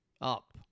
up